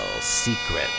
secret